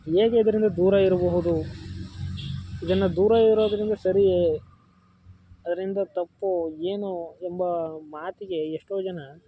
ಹೇಗೆ ಇದರಿಂದ ದೂರ ಇರಬಹುದು ಇದನ್ನು ದೂರ ಇರೋದರಿಂದ ಸರಿ ಅದರಿಂದ ತಪ್ಪು ಏನು ಎಂಬ ಮಾತಿಗೆ ಎಷ್ಟೋ ಜನ